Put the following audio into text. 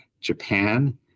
Japan